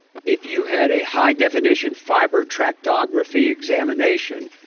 if you had a high definition fiber tractography examination,